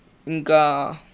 ఇంకా